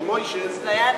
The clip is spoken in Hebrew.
של "מויש'ס",